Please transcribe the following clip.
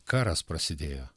karas prasidėjo